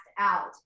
out